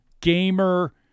gamer